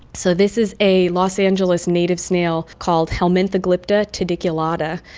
so this is a los angeles native snail called helminthoglypta tudiculata,